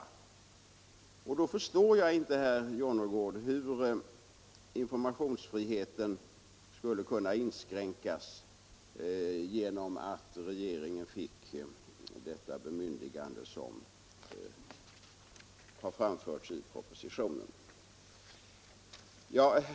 Och då förstår jag inte, herr Jonnergård, hur informationsfriheten skulle kunna inskränkas genom att regeringen fick detta bemyndigande som föreslagits i propositionen.